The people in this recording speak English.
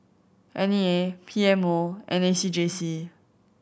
N E A P M O and A C J C